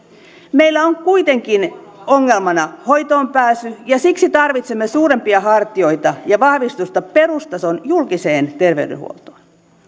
meillä on kuitenkin ongelmana hoitoonpääsy ja siksi tarvitsemme suurempia hartioita ja vahvistusta perustason julkiseen terveydenhuoltoon